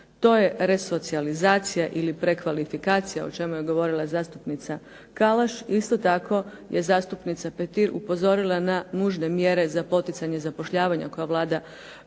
To je resocijalizacija ili prekvalifikacija, o čemu je govorila zastupnica Kalaš. Isto tako je zastupnica Petir upozorila na nužne mjere za poticanje zapošljavanja, koja Vlada primjenjuje,